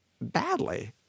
badly